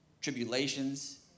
tribulations